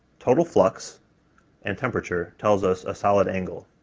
total flux and temperature, tells us a solid angle.